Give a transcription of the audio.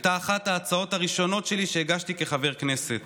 היא אחת ההצעות הראשונות שהגשתי כחבר כנסת,